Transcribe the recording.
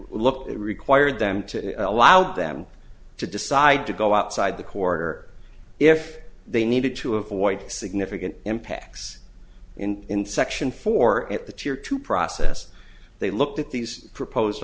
looked required them to allow them to decide to go outside the court or if they needed to avoid significant impacts in section four at the chair to process they looked at these proposed